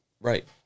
Right